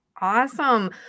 Awesome